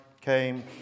came